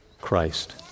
Christ